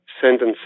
sentences